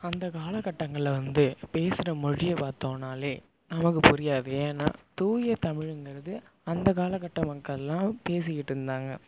அந்தக் காலகட்டங்கள்ல வந்து பேசுகிற மொழியை பார்த்தோன்னாலே நமக்குப் புரியாது ஏன்னா தூய தமிழுங்கிறது அந்தக் காலகட்ட மக்கள்லாம் பேசிக்கிட்டு இருந்தாங்கள்